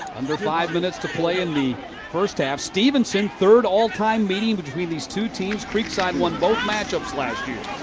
under five minutes to play in the first half. stephenson, third all-time meeting between these two teams. creekside won both match juts last year.